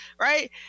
right